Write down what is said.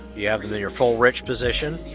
you have and your full rich position,